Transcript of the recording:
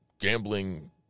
gambling